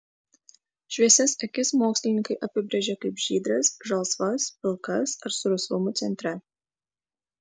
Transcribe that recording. šviesias akis mokslininkai apibrėžia kaip žydras žalsvas pilkas ar su rusvumu centre